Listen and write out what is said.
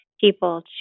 people